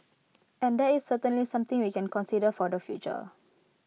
and that is certainly something we can consider for the future